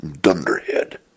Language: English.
Dunderhead